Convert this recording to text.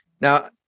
Now